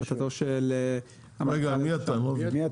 מי אתה?